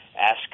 ask